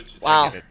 Wow